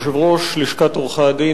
יושב-ראש לשכת עורכי-הדין,